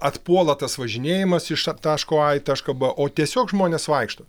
atpuola tas važinėjimas iš taško a į tašką b o tiesiog žmonės vaikšto